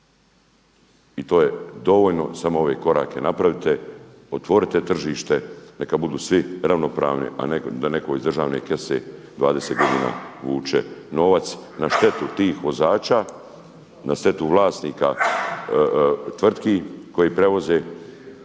I to je dovoljno, samo ove korake napravite, otvorite tržište, neka budu svi ravnopravni a ne da netko iz državne kese 20 godina vuče novac na štetu tih vozača, na štetu vlasnika tvrtki koji prevoze.